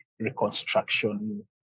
reconstruction